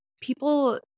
people